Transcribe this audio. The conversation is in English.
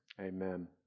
Amen